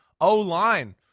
O-line